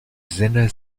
sinne